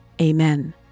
Amen